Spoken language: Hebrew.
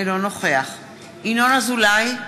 אינו נוכח ינון אזולאי,